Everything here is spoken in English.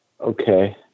Okay